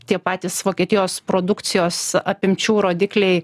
tie patys vokietijos produkcijos apimčių rodikliai